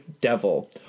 devil